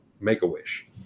Make-A-Wish